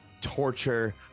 torture